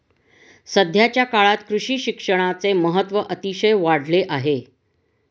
सध्याच्या काळात कृषी शिक्षणाचे महत्त्व अतिशय वाढले आहे